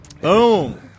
Boom